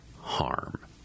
harm